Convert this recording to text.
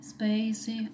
Space